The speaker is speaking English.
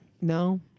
No